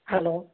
hello